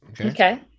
Okay